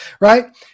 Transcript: Right